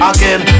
Again